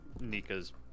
nika's